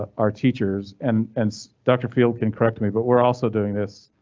our teachers and doctor field can correct me, but we're also doing this.